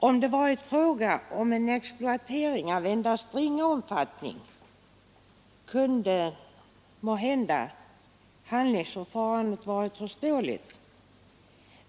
Om det varit fråga om en exploatering av endast ringa omfattning kunde måhända förfarandet ha varit förståeligt.